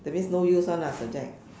that means no use one ah subject